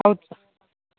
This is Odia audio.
ଆଉ